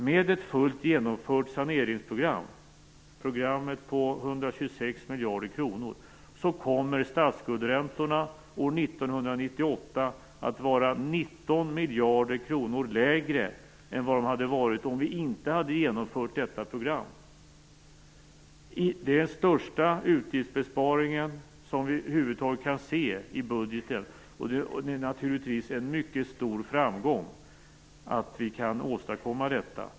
Med ett fullt genomfört saneringsprogram på 126 miljarder kronor kommer statsskuldräntorna år 1998 att vara 19 miljarder kronor lägre än de skulle ha varit om vi inte hade genomfört detta program. Det är den största utgiftsbesparing som vi över huvud taget kan se i budgeten, och det är naturligtvis en mycket stor framgång att vi kan åstadkomma detta.